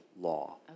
law